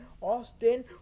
Austin